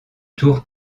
tour